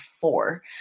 four